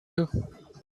you